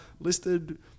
listed